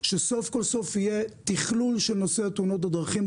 שסוף כל סוף יהיה תכלול של נושא תאונות הדרכים.